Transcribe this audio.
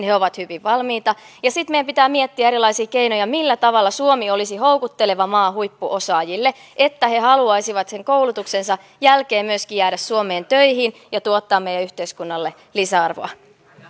he ovat hyvin valmiita sitten meidän pitää miettiä erilaisia keinoja millä tavalla suomi olisi houkutteleva maa huippuosaajille että he haluaisivat myöskin sen koulutuksensa jälkeen jäädä suomeen töihin ja tuottaa meidän yhteiskunnallemme lisäarvoa